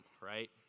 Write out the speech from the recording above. right